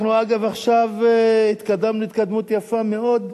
אגב, התקדמנו עכשיו התקדמות יפה מאוד,